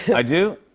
i do?